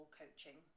coaching